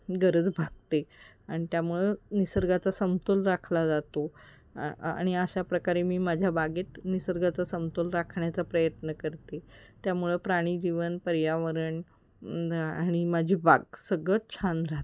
गरज भागते आणि त्यामुळं निसर्गाचा समतोल राखला जातो आणि अशा प्रकारे मी माझ्या बागेत निसर्गाचा समतोल राखण्याचा प्रयत्न करते त्यामुळं प्राणी जीवन पर्यावरण आणि माझी बाग सगळंच छान राहते